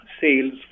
sales